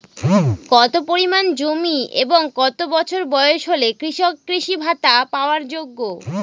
কত পরিমাণ জমি এবং কত বছর বয়স হলে কৃষক কৃষি ভাতা পাওয়ার যোগ্য?